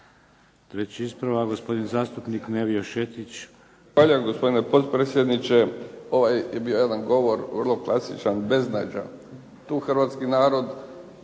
Treći ispravak, gospodin zastupnik Nevio Šetić. **Šetić, Nevio (HDZ)** Zahvaljujem gospodine potpredsjedniče. Ovaj je bio jedan govor vrlo klasičan beznađa. Tu hrvatski narod